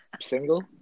single